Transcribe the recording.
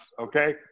Okay